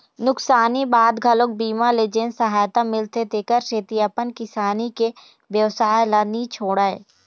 नुकसानी बाद घलोक बीमा ले जेन सहायता मिलथे तेखर सेती अपन किसानी के बेवसाय ल नी छोड़य